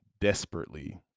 desperately